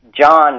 John